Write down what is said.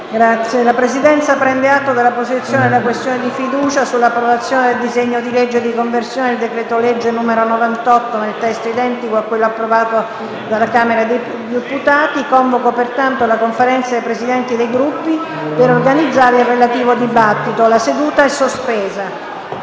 La Presidenza prende atto dell'apposizione della questione di fiducia sull'approvazione del disegno di legge di conversione del decreto-legge n. 98, nel testo identico a quello approvato dalla Camera dei deputati. È convocata la Conferenza dei Presidenti dei Gruppi per organizzare il relativo dibattito. Sospendo